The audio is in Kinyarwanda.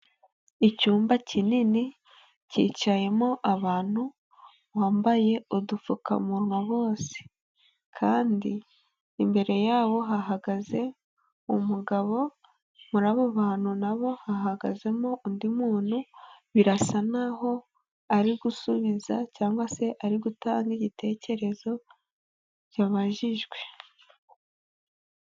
Icyumba kinini cyicayemo abantu bambaye udupfukamunwa bose, kandi imbere yabo hahagaze umugabo, muri abo bantu na bo hahagazemo undi muntu, birasa n'aho ari gusubiza cyangwa se ari gutanga igitekerezo yabajijwe.